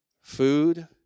Food